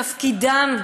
תפקידם,